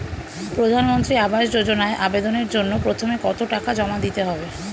প্রধানমন্ত্রী আবাস যোজনায় আবেদনের জন্য প্রথমে কত টাকা জমা দিতে হবে?